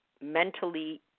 mentally